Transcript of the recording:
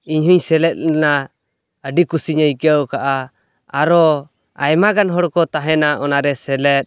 ᱤᱧᱦᱚᱸᱧ ᱥᱮᱞᱮᱫ ᱞᱮᱱᱟ ᱟᱹᱰᱤ ᱠᱩᱥᱤᱧ ᱟᱹᱭᱠᱟᱹᱣᱠᱟᱜᱼᱟ ᱟᱨᱚ ᱟᱭᱢᱟᱜᱟᱱ ᱦᱚᱲᱠᱚ ᱛᱟᱦᱮᱱᱟ ᱚᱱᱟᱨᱮ ᱥᱮᱞᱮᱫ